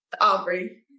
Aubrey